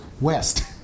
west